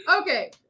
Okay